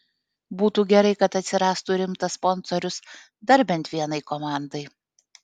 būtų gerai kad atsirastų rimtas sponsorius dar bent vienai komandai